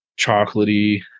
Chocolatey